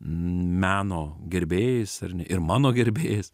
meno gerbėjais ar ne ir mano gerbėjais